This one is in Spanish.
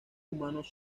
humanos